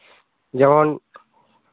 ᱡᱮᱢᱚᱱ